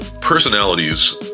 personalities